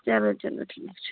چلو چلو ٹھیٖک چھُ